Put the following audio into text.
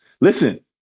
Listen